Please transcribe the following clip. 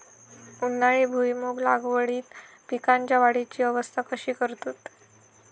उन्हाळी भुईमूग लागवडीत पीकांच्या वाढीची अवस्था कशी करतत?